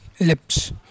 lips